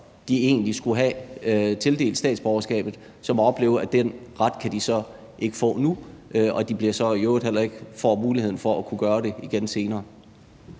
de egentlig skulle have tildelt statsborgerskab, så må opleve, at det kan de ikke få nu. De får så i øvrigt heller ikke muligheden for at kunne gøre det igen senere.